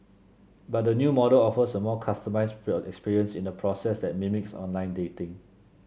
but the new model offers a more customised experience in a process that mimics online dating